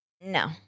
No